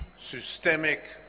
systemic